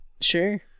Sure